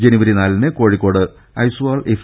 ജനുവരി നാലിന് കോഴിക്കോട്ട് ഐസ്വാൾ എഫ്